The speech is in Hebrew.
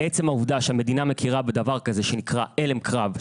זה עצם העובדה שהמדינה מכירה בדבר כזה שנקרא הלם קרב,